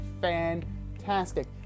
fantastic